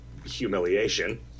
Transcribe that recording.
humiliation